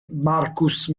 marcus